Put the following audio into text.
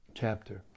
chapter